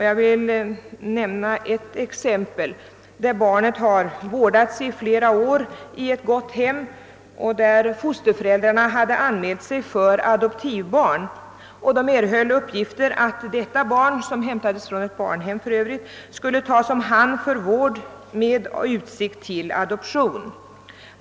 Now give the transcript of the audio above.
Jag vill nämna ett exempel, där barnet hade vårdats i flera år i ett gott hem och där fosterföräldrarna hade anmält sig för adoptivbarn. De erhöll uppgift om att detta barn, som för övrigt hämtades från ett barnhem, skulle tas om hand för vård med utsikt till adoption.